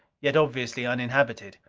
yet obviously uninhabited.